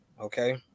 okay